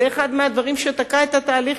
זה אחד מהדברים שתקע את התהליך,